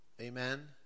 Amen